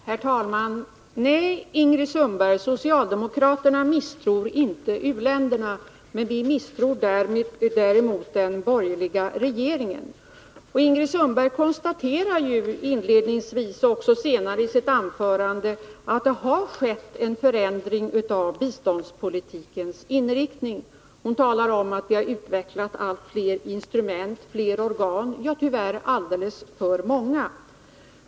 Herr talman! Nej, Ingrid Sundberg, socialdemokraterna misstror inte u-länderna. Vi misstror däremot den borgerliga regeringen. Ingrid Sundberg konstaterade ju inledningsvis och också senare i sitt anförande att det har skett en förändring av biståndspolitikens inriktning. Hon talade om att det har utvecklats allt fler instrument, fler organ. Ja, tyvärr alldeles för många.